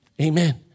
Amen